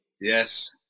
Yes